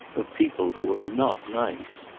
of people who are not nice.